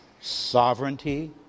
sovereignty